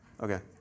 Okay